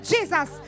Jesus